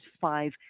five